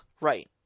Right